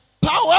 power